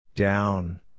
Down